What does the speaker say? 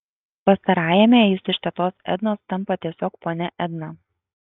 pastarajame jis iš tetos ednos tampa tiesiog ponia edna